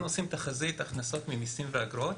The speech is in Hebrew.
אנחנו עושים תחזית הכנסות ממיסים ואגרות